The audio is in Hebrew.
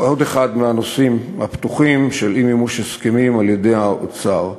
עוד אחד מהנושאים הפתוחים של אי-מימוש הסכמים על-ידי האוצר.